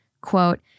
quote